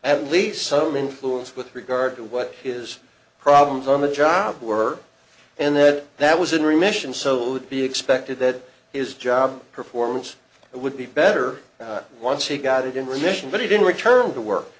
at least some influence with regard to what his problems on the job were and that that was in remission so it would be expected that his job performance would be better once he got it in remission but he didn't return to work